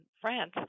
France